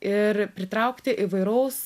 ir pritraukti įvairaus